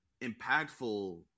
impactful